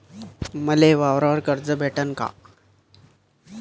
मले वावरावर कर्ज भेटन का?